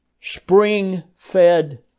spring-fed